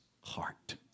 heart